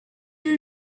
your